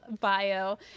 bio